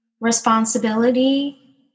responsibility